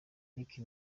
nicki